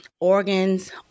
organs